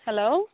hello